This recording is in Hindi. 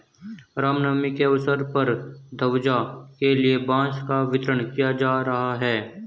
राम नवमी के अवसर पर ध्वजा के लिए बांस का वितरण किया जा रहा है